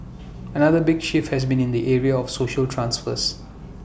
another big shift has been in the area of social transfers